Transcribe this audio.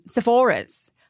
Sephora's